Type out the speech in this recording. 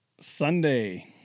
Sunday